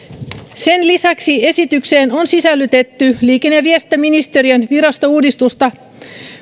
sen lisäksi esitykseen on sisällytetty liikenne ja viestintäministeriön virastouudistusta